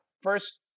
First